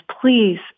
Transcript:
please